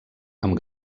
amb